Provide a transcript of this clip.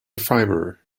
fiver